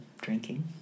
drinking